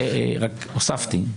הוספתי.